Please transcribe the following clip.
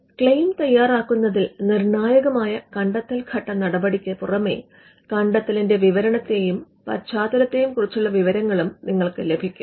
claim തയ്യാറാക്കുന്നതിൽ നിർണായകമായ കണ്ടെത്തൽ ഘട്ട നടപടിക്ക് പുറമെ കണ്ടെത്തലിന്റെ വിവരണത്തെയും പശ്ചാത്തലത്തെയും കുറിച്ചുള്ള വിവരങ്ങളും നിങ്ങൾക്ക് ലഭിക്കും